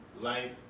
life